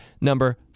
number